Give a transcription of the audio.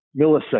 millisecond